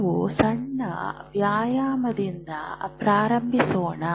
ನಾವು ಸಣ್ಣ ವ್ಯಾಯಾಮದಿಂದ ಪ್ರಾರಂಭಿಸೋಣ